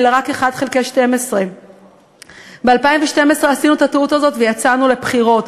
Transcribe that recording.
אלא רק 1 חלקי 12. ב-2012 עשינו את הטעות הזאת ויצאנו לבחירות.